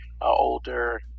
older